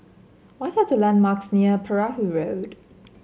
what are the landmarks near Perahu Road